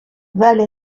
valle